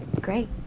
Great